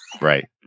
right